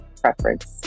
preference